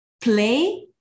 play